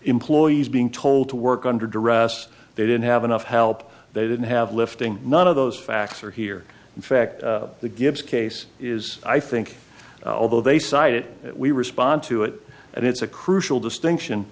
employees being told to work under duress they didn't have enough help they didn't have lifting none of those facts are here in fact the gibbs case is i think although they cite it we respond to it and it's a crucial distinction